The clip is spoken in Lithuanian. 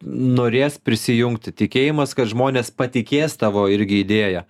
norės prisijungti tikėjimas kad žmonės patikės tavo irgi idėja